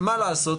מה לעשות,